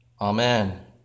Amen